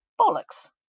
Bollocks